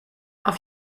auf